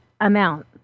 amount